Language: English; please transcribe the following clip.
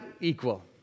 equal